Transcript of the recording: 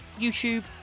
YouTube